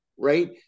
right